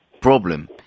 problem